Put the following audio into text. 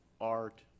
art